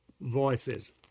voices